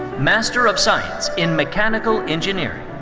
master of science in mechanical engineering.